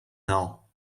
now